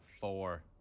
Four